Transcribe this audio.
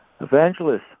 Evangelists